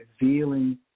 revealing